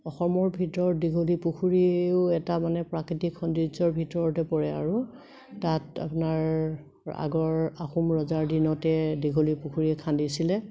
অসমৰ ভিতৰত দীঘলী পুখুৰীও এটা মানে প্ৰাকৃতিক সৌন্দৰ্যৰ ভিতৰতে পৰে আৰু তাত আপোনাৰ আগৰ আহোম ৰজাৰ দিনতে দীঘলী পুখুৰী খান্দিছিলে